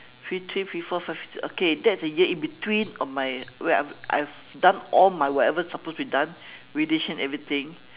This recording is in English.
fifty three fifty four fifty five okay that's the year in between of my where I have I have done all my whatever supposed to be done radiation everything